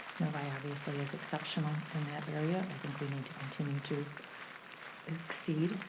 novi obviously is exceptional in that area. i think we need to continue to exceed